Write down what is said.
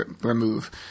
remove